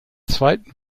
zweiten